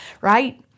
right